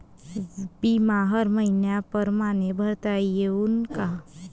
बिमा हर मइन्या परमाने भरता येऊन का?